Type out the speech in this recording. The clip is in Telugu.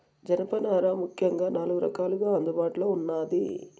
జనపనార ముఖ్యంగా నాలుగు రకాలుగా అందుబాటులో ఉన్నాది